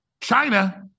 China